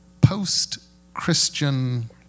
post-Christian